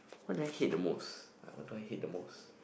what do I hate the most what do I hate the most